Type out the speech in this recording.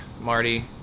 Marty